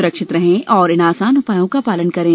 सुरक्षित रहें और इन आसान उपायों का पालन करें